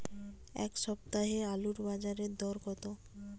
এ সপ্তাহে আলুর বাজারে দর কত?